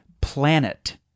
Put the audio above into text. Planet